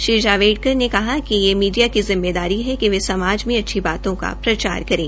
श्री जावेइकर ने कहा कि यह मीडिया की जिम्मेदारी है कि वह समाज मे अच्छी बातों का प्रचार करें